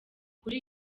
kuri